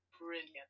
brilliant